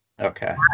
Okay